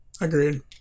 Agreed